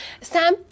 Sam